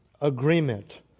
agreement